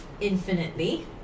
infinitely